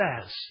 says